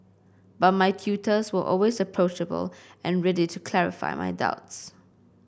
but my tutors were always approachable and ready to clarify my doubts